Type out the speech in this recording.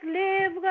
live